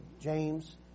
James